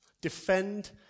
defend